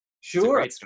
sure